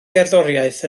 gerddoriaeth